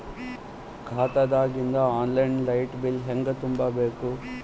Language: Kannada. ಖಾತಾದಾಗಿಂದ ಆನ್ ಲೈನ್ ಲೈಟ್ ಬಿಲ್ ಹೇಂಗ ತುಂಬಾ ಬೇಕು?